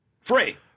free